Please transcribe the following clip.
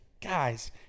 guys